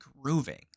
grooving